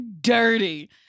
dirty